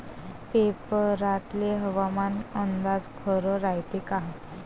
पेपरातला हवामान अंदाज खरा रायते का?